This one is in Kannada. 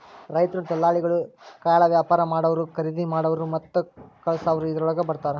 ರೈತ್ರು, ದಲಾಲಿಗಳು, ಕಾಳವ್ಯಾಪಾರಾ ಮಾಡಾವ್ರು, ಕರಿದಿಮಾಡಾವ್ರು ಮತ್ತ ಕಳಸಾವ್ರು ಇದ್ರೋಳಗ ಬರ್ತಾರ